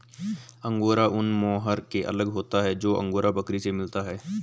angora ऊन mohair से अलग होता है जो अंगोरा बकरी से मिलता है